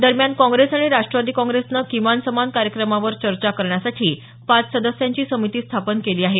दरम्यान काँग्रेस आणि राष्ट्रवादी काँग्रेसनं किमान समान कार्यक्रमावर चर्चा करण्यासाठी पाच सदस्यांची समिती स्थापन केली आहे